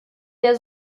der